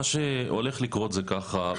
מה שהולך לקרות זה ככה,